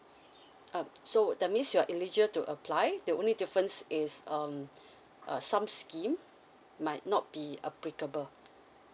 uh so that means you're eligi~ to apply the only difference is um uh some scheme might not be applicable